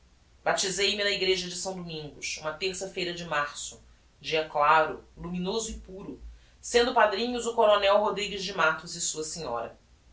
baptizei me na egreja de s domingos uma terça feira de março dia claro luminoso e puro sendo padrinhos o coronel rodrigues de mattos e sua senhora